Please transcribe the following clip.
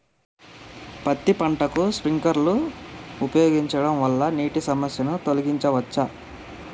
పత్తి పంటకు స్ప్రింక్లర్లు ఉపయోగించడం వల్ల నీటి సమస్యను తొలగించవచ్చా?